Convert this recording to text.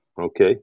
okay